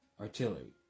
artillery